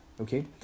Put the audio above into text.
okay